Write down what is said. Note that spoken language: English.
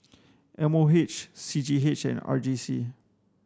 M O H C G H and R G C